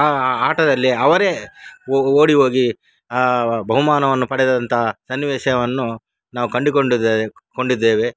ಆ ಆಟದಲ್ಲಿ ಅವರೇ ಒ ಓಡಿ ಹೋಗಿ ಬಹುಮಾನವನ್ನು ಪಡೆದಂಥ ಸನ್ನಿವೇಶವನ್ನು ನಾವು ಕಂಡುಕೊಂಡಿದೆ ಕೊಂಡಿದ್ದೇವೆ